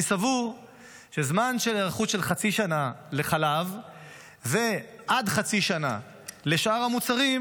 אני סבור שזמן היערכות של חצי שנה לחלב ועד חצי שנה לשאר המוצרים